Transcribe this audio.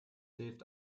hilft